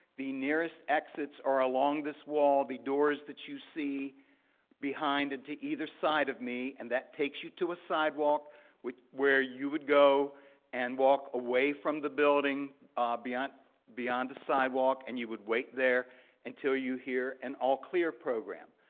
the nearest exits are along this wall, the doors that you see behind and to either side of me and that takes you to a sidewalk where you would go and walk away from the building beyond beyond the sidewalk and you would wait there until you would hear an all clear program.